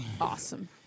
Awesome